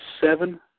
seven